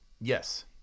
yes